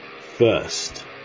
First